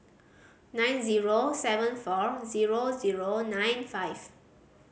nine zero seven four zero zero nine five